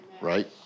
right